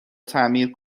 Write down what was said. تعمیر